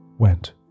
went